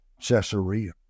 Caesarea